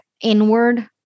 inward